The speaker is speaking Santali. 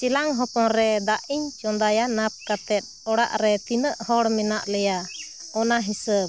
ᱪᱮᱞᱟᱝ ᱦᱚᱯᱚᱱ ᱨᱮ ᱫᱟᱜ ᱤᱧ ᱪᱚᱸᱫᱟᱭᱟ ᱱᱟᱯ ᱠᱟᱛᱮ ᱚᱲᱟᱜ ᱨᱮ ᱛᱤᱱᱟᱹᱜ ᱦᱚᱲ ᱢᱮᱱᱟᱜ ᱞᱮᱭᱟ ᱚᱱᱟ ᱦᱤᱥᱟᱹᱵᱽ